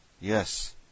Yes